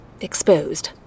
exposed